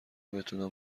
بتونم